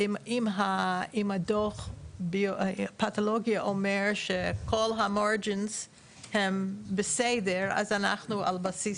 אם הדו"ח הפתולוגי אומר שכל --- הם בסדר אז אנחנו על בסיס